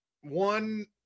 one